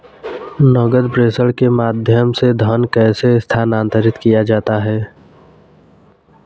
नकद प्रेषण के माध्यम से धन कैसे स्थानांतरित किया जाता है?